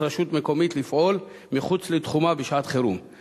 הנוגעת למתן סיוע מרשות מקומית אחת לחברתה והצורך בהסדרת